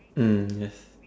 mm yes